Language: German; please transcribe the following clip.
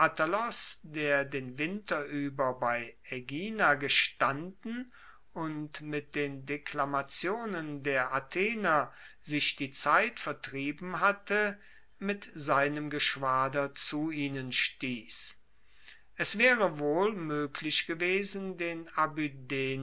der den winter ueber bei aegina gestanden und mit den deklamationen der athener sich die zeit vertrieben hatte mit seinem geschwader zu ihnen stiess es waere wohl moeglich gewesen den